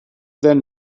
then